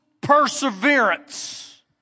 perseverance